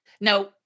now